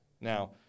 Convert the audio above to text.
Now